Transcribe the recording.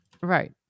Right